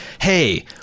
hey